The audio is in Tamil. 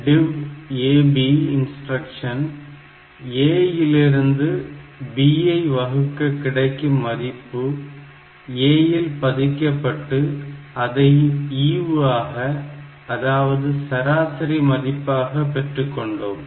DIV A B instruction A இலிருந்து B ஐ வகுக்க கிடைக்கும் மதிப்பு A இல் பதிக்கப்பட்டு அதை ஈவு ஆக அதாவது சராசரி மதிப்பாக பெற்றுக்கொண்டோம்